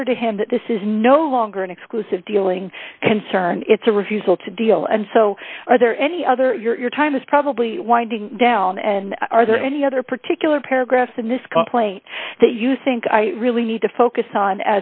clear to him that this is no longer an exclusive dealing concern it's a refusal to deal and so are there any other your time is probably winding down and are there any other particular paragraphs in this complaint that you think i really need to focus on